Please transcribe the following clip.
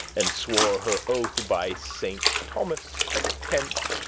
and swore her oath by saint thomas of kent,